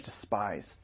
despised